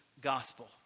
gospel